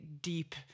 deep